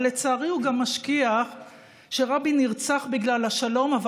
אבל לצערי הוא גם משכיח שרבין נרצח בגלל השלום אבל